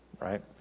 right